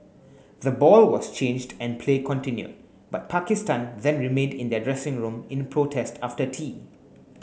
the ball was changed and play continued but Pakistan then remained in their dressing room in protest after tea